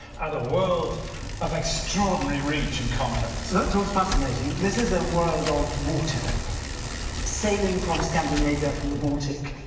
and a world of extraordinary reach and contact. that's what's fascinating this is a world of water sailing from scandinavia, from the baltic,